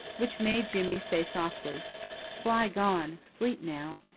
which made jimmy say softly fly gone sleep now,